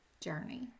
journey